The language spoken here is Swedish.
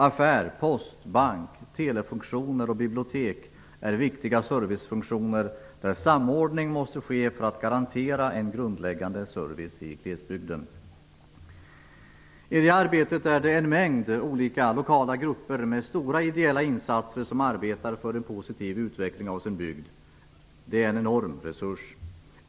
Affär, post, bank, telefunktioner och bibliotek är viktiga servicefunktioner där samordning måste ske för att garantera en grundläggande service i glesbygden. En mängd lokala grupper med stora ideella insatser arbetar för en positiv utveckling av sin bygd, och det är en enorm resurs.